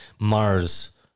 Mars